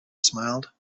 smiled